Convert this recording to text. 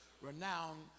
Renowned